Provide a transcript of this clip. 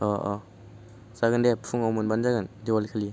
अ' अ' जागोन दे फुङाव मोनबानो जागोन दिवाली खालि